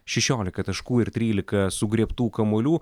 šešiolika taškų taškų ir trylika sugriebtų kamuolių